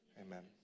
amen